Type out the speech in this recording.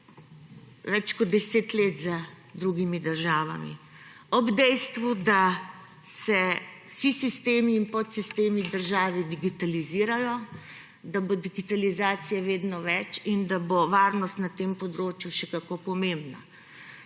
Več kot 10 let za drugimi državami, ob dejstvu, da se vsi sistemi in podsistemi v državi digitalizirajo, da bo digitalizacije vedno več in da bo varnost na tem področju še kako pomembna.